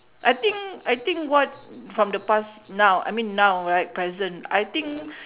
I think I think what from the past now I mean now right present I think